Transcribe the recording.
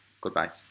goodbye